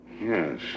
Yes